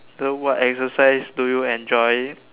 then what exercise do you enjoy